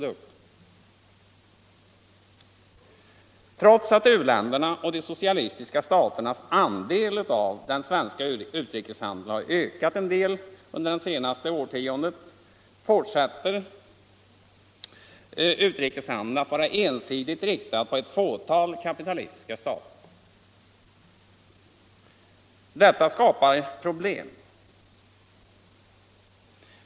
debatt Trots att u-ländernas och de socialistiska staternas andel av den svenska utrikeshandeln ökat något under det senaste årtiondet fortsätter utrikeshandeln att vara ensidigt inriktad på ett fåtal kapitalistiska stater. Detta skapar problem.